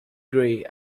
grey